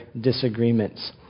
Disagreements